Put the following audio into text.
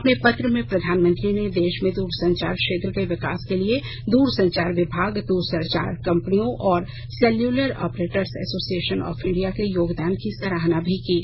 अपने पत्र में प्रधानमंत्री ने देश में दूरसंचार क्षेत्र के विकास के लिए दूरसंचार विभाग दूरसंचार कंपनियों और cellular operators association of India के योगदान की सराहना भी की है